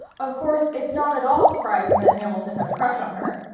of course it's not at all surprising that hamilton had a crush on her,